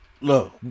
Look